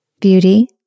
beauty